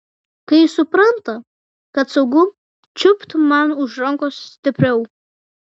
kai supranta kad saugu čiupt man už rankos stipriau